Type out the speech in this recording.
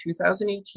2018